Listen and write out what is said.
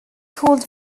called